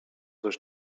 też